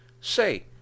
say